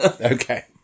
Okay